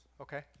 Okay